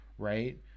Right